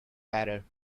better